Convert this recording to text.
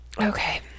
Okay